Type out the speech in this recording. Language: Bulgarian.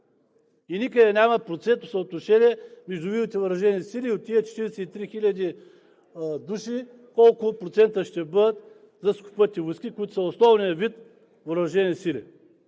и никъде няма процентно съотношение между видовете въоръжени сили от тези 43 хиляди души, колко процента ще бъдат за Сухопътни войски, които са основният вид въоръжени сили.